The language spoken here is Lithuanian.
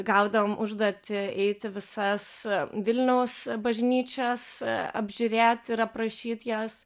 gaudavom užduotį eit į visas vilniaus bažnyčias apžiūrėt ir aprašyt jas